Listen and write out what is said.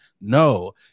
no